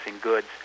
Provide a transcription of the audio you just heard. goods